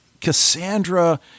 Cassandra